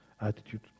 attitude